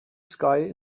sky